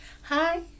Hi